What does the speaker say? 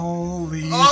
Holy